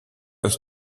ist